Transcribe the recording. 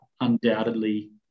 undoubtedly